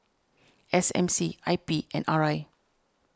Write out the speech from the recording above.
S M C I P and R I